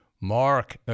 Mark